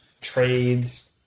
trades